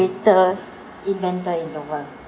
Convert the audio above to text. greatest inventor in the world